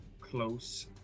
close